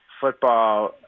football